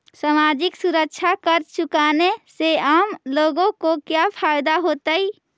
सामाजिक सुरक्षा कर चुकाने से आम लोगों को क्या फायदा होतइ